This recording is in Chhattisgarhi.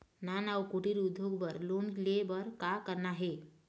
नान अउ कुटीर उद्योग बर लोन ले बर का करना हे?